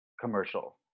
commercial